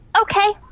Okay